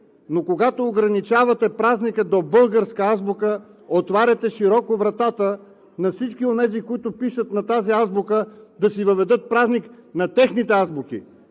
но, когато ограничавате празника до българска азбука, отваряте широко вратата на всички онези, които пишат на тази азбука, да си въведат празник на техните азбуки.